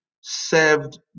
served